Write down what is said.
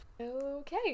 Okay